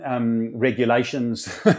regulations